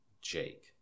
Jake